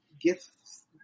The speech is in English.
gifts